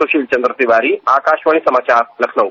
सुशील चंद्र तिवारी आकाशवाणी समाचार लखनऊ